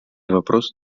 вопрос